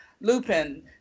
Lupin